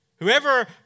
Whoever